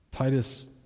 Titus